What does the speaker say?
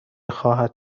خواهد